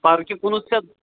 پارکہِ کُنُتھ ژےٚ